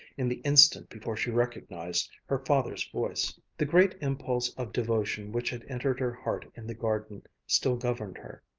in the instant before she recognized her father's voice. the great impulse of devotion which had entered her heart in the garden still governed her.